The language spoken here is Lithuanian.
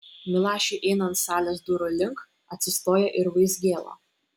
milašiui einant salės durų link atsistoja ir vaizgėla